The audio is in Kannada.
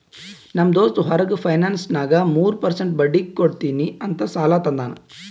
ನಮ್ ದೋಸ್ತ್ ಹೊರಗ ಫೈನಾನ್ಸ್ನಾಗ್ ಮೂರ್ ಪರ್ಸೆಂಟ್ ಬಡ್ಡಿ ಕೊಡ್ತೀನಿ ಅಂತ್ ಸಾಲಾ ತಂದಾನ್